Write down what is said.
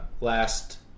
last